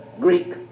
Greek